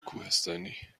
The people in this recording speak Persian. کوهستانی